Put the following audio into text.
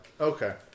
Okay